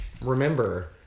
remember